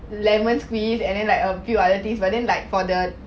lemon squeeze and then like a few other things but then like for the